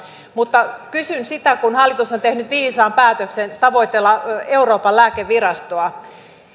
mutta kysyn siitä kun hallitus on tehnyt viisaan päätöksen tavoitella euroopan lääkevirastoa